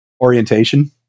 orientation